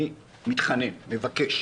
אני מתחנן, מבקש